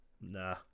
Nah